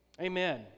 Amen